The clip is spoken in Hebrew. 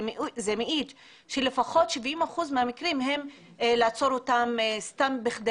זה מעיד על כך שלפחות ב-70 אחוזים מהמקרים עוצרים אותם סתם כדי